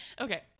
Okay